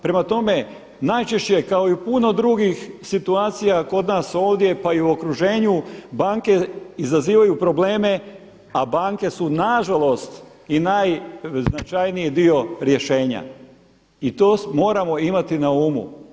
Prema tome, najčešće je kao i u puno drugih situacija kod nas ovdje, pa i u okruženju banke izazivaju probleme, a banke su na žalost i najznačajniji dio rješenja i to moramo imati na umu.